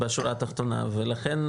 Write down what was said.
בשורה התחתונה ולכן,